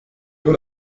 nur